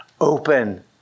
open